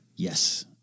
Yes